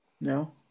No